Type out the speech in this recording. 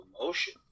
emotion